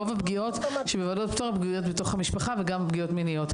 רוב הפגיעות שבוועדות פטור הן פגיעות בתוך המשפחה וגם פגיעות מיניות,